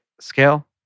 scale